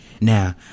Now